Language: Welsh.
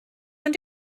ond